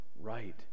right